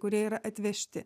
kurie yra atvežti